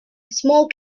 small